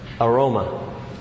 aroma